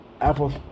Apple